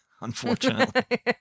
unfortunately